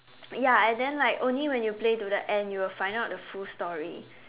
ya and then like only when you play to the end you will find out the full story